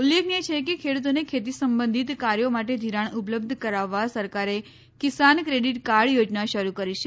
ઉલ્લેખનીય છે કે ખેડૂતોને ખેતી સંબંધિત કાર્યો માટે ઘિરાણ ઉપલબ્ધ કરાવવા સરકારે કિસાન ક્રેડીટ કાર્ડ યોજના શરૂ કરી છે